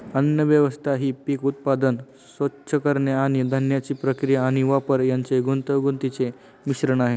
अन्नव्यवस्था ही पीक उत्पादन, स्वच्छ करणे आणि धान्याची प्रक्रिया आणि वापर यांचे गुंतागुंतीचे मिश्रण आहे